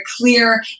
clear